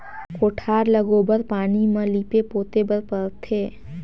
कोठार ल गोबर पानी म लीपे पोते बर परथे